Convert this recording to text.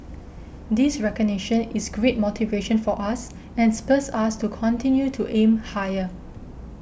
this recognition is great motivation for us and spurs us to continue to aim higher